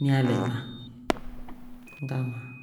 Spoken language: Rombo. nalema ngamaa.